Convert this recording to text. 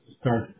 start